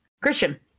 Christian